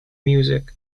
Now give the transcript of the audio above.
music